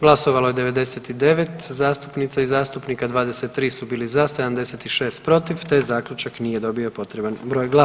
Glasovalo je 99 zastupnica i zastupnika, 23 su bili za, 76 protiv, te zaključak nije dobio potreban broj glasova.